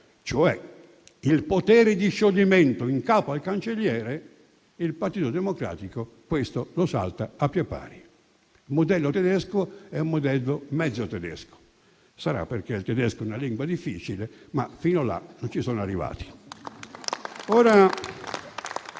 cioè il potere di scioglimento in capo al cancelliere, il Partito Democratico lo salta a piè pari: il modello tedesco è un modello mezzo tedesco. Sarà perché il tedesco è una lingua difficile, ma fino là non ci sono arrivati.